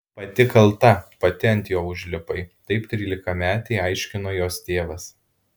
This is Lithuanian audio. pati kalta pati ant jo užlipai taip trylikametei aiškino jos tėvas